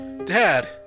Dad